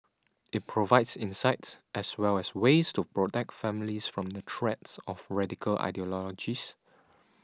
it provides insights as well as ways to protect families from the threats of radical ideologies